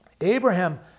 Abraham